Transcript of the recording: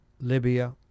Libya